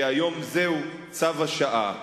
והיום זה צו השעה.